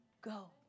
go